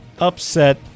upset